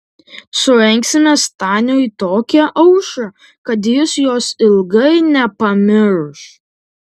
surengsime staniui tokią aušrą kad jis jos ilgai nepamirš